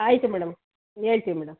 ಆಯಿತು ಮೇಡಮ್ ಹೇಳ್ತೀವಿ ಮೇಡಮ್